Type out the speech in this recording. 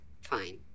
fine